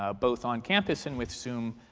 ah both on campus and with zoom